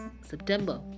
September